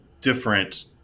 different